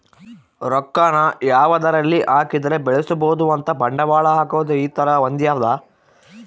ರೊಕ್ಕ ನ ಯಾವದರಲ್ಲಿ ಹಾಕಿದರೆ ಬೆಳ್ಸ್ಬೊದು ಅಂತ ಬಂಡವಾಳ ಹಾಕೋದು ಈ ತರ ಹೊಂದ್ಯದ